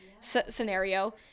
scenario